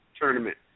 tournament